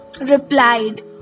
replied